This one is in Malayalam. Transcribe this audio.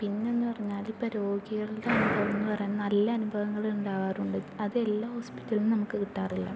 പിന്നെയെന്ന് പറഞ്ഞാല് ഇപ്പോൾ രോഗികളുടെ അനുഭവമെന്ന് പറയുന്ന നല്ല അനുഭവങ്ങള് ഉണ്ടാവാറുണ്ട് അതെല്ലാ ഹോസ്പിറ്റലിൽ നിന്നും നമുക്ക് കിട്ടാറില്ല